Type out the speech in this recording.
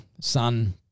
son